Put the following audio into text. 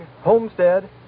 Homestead